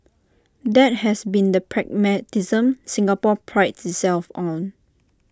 that has been the pragmatism Singapore prides itself on